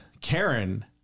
Karen